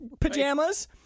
pajamas